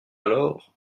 alors